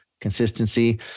consistency